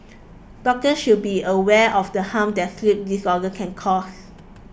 doctors should be aware of the harm that sleep disorders can cause